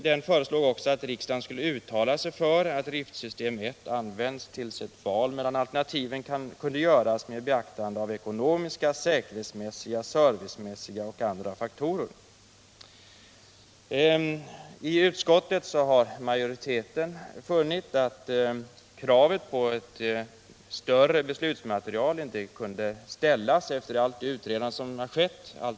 Den föreslår också att riksdagen skall uttala sig för att driftsystem 1 används tills ett val mellan alternativen kan göras med beaktande av ekonomiska, säkerhetsmässiga, servicemässiga och andra faktorer. Utskottsmajoriteten har funnit att kravet på ett större beslutsmaterial inte kan ställas efter allt utredande som skett.